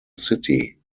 city